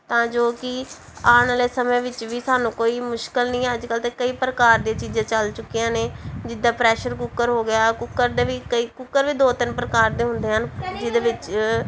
ਤਾਂ ਜੋ ਕਿ ਆਉਣ ਵਾਲੇ ਸਮੇਂ ਵਿੱਚ ਵੀ ਸਾਨੂੰ ਕੋਈ ਮੁਸ਼ਕਲ ਨਹੀਂ ਅੱਜ ਕੱਲ ਤਾਂ ਕਈ ਪ੍ਰਕਾਰ ਦੀਆਂ ਚੀਜ਼ਾਂ ਚੱਲ ਚੁੱਕੀਆਂ ਨੇ ਜਿੱਦਾਂ ਪ੍ਰੈਸ਼ਰ ਕੁੱਕਰ ਹੋ ਗਿਆ ਕੁੱਕਰ ਦੇ ਵੀ ਕਈ ਕੁੱਕਰ ਵੀ ਦੋ ਤਿੰਨ ਪ੍ਰਕਾਰ ਦੇ ਹੁੰਦੇ ਹਨ ਜਿਹਦੇ ਵਿੱਚ